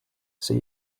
see